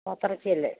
പോത്തെറച്ചി അല്ലേ